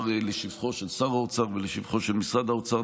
לשבחו של שר האוצר ולשבחו של משרד האוצר,